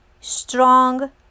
strong